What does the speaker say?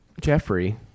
Jeffrey